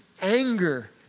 anger